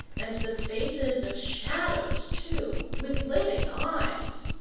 and the faces of shadows, too, with living eyes.